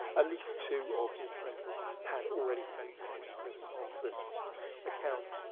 at least two of his printers had already spent time in prison on swift's account.